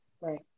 Right